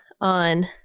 on